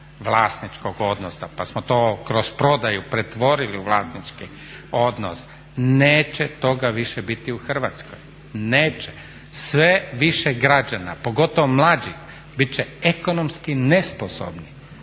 vlasničkog odnosa pa smo to kroz prodaju pretvorili u vlasnički odnos, neće toga više biti u Hrvatskoj. Neće. Sve više građana, pogotovo mlađih biti će ekonomski nesposobni